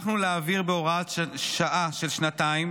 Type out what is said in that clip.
הצלחנו להעביר בהוראת שעה של שנתיים.